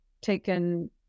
taken